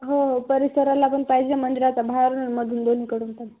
हो हो परिसराला पण पाहिजे मंदिराच्या बाहेरुन आणि मधून दोन्हीकडून पण